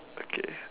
okay